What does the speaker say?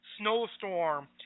snowstorm